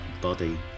body